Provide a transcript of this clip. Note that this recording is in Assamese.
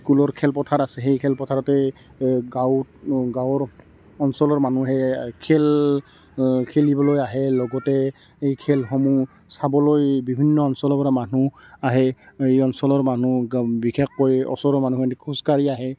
স্কুলৰ খেলপথাৰ আছে সেই খেলপথাৰতে গাঁৱত গাঁৱৰ অঞ্চলৰ মানুহে খেল খেলিবলৈ আহে লগতে এই খেলসমূহ চাবলৈ বিভিন্ন অঞ্চলৰ পৰা মানুহ আহে এই অঞ্চলৰ মানুহ বিশেষকৈ অঞ্চলৰ মানুহ খোজকাঢ়ি আহে